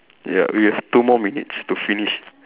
ya we have two more minutes to finish